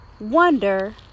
wonder